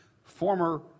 Former